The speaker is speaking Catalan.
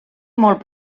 molt